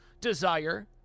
desire